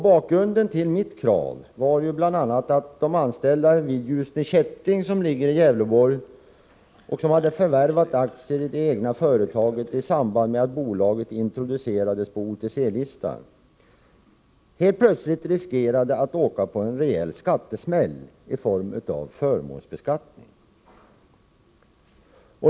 Bakgrunden till mitt krav var ju bl.a. att de anställda vid Ljusne Kätting i Gävleborgs län, vilka hade förvärvat aktier i det egna företaget i samband med att bolaget introducerades på OTC-listan, riskerade att helt plötsligt åka på en rejäl skattesmäll i form av förmånsbeskattning.